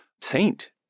saint